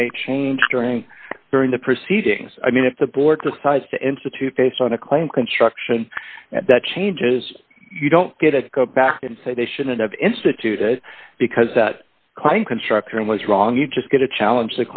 they may change during during the proceedings i mean if the board decides to institute based on a claim construction that changes you don't get to go back and say they shouldn't have instituted because cline construction was wrong you just get to challenge